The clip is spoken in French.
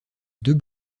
deux